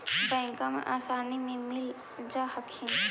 बैंकबा से आसानी मे मिल जा हखिन?